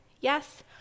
Yes